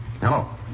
Hello